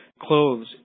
clothes